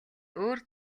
өөр